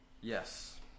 Yes